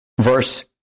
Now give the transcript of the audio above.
Verse